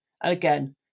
again